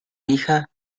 hija